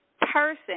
person